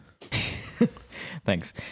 Thanks